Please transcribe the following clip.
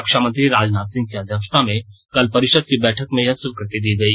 रक्षामंत्री राजनाथ सिंह की अध्यक्षता में कल परिषद की बैठक में यह स्वीकृति दी गई